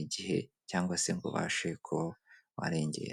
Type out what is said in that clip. igihe cyangwa se ngo ubashe ko warengera.